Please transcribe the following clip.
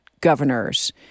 governors